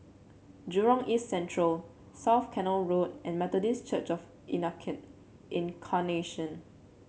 Jurong East Central South Canal Road and Methodist Church Of Incarnation